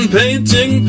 painting